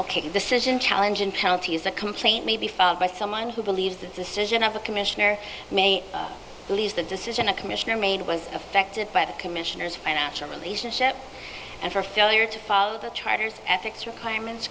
charter decision challenge and penalties a complaint may be found by someone who believes the decision of the commissioner may leave the decision a commissioner made was affected by the commissioner's financial relationship and for failure to follow the charters ethics requirements